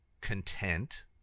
content